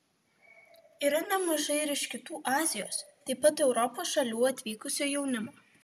yra nemažai ir iš kitų azijos taip pat europos šalių atvykusio jaunimo